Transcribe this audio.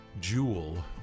jewel